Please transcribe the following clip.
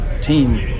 team